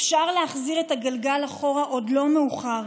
אפשר להחזיר את הגלגל אחורה, עוד לא מאוחר.